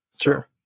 Sure